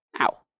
Ow